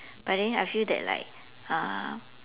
but then I feel like that like uh